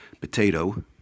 potato